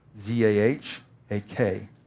Z-A-H-A-K